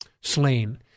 slain